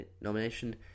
nomination